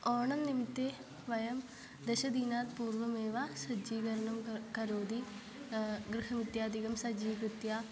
ओणंनिमित्तं वयं दशदिनात् पूर्वमेव सज्जीकरणं क करोति गृहमित्यादिकं सज्जीकृत्य